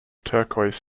turquoise